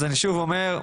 אני שוב אומר,